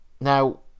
now